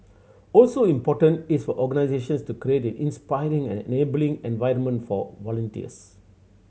also important is for organisations to create inspiring and enabling environment for volunteers